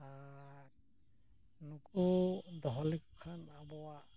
ᱟᱨ ᱱᱩᱠᱩ ᱫᱚᱦᱚ ᱞᱮᱠᱚ ᱠᱷᱟᱱ ᱟᱵᱚᱣᱟᱜ